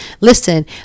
Listen